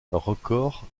records